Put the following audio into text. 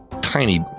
tiny